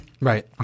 Right